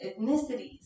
ethnicities